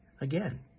again